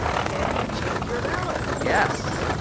can you change your ballot? yes,